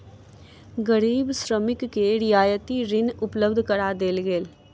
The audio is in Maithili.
गरीब श्रमिक के रियायती ऋण उपलब्ध करा देल गेल